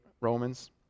Romans